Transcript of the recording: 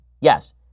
yes